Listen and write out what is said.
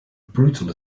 brutal